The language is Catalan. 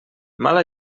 mala